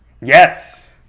Yes